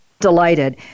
delighted